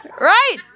Right